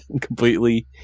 completely